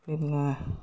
പിന്നേ